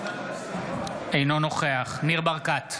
אינו נוכח ניר ברקת,